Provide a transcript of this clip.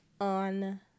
on